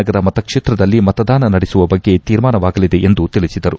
ನಗರ ಮತಕ್ಷೇತ್ರದಲ್ಲಿ ಮತದಾನ ನಡೆಸುವ ಬಗ್ಗೆ ತೀರ್ಮಾನವಾಗಲಿದೆ ಎಂದು ತಿಳಿಸಿದರು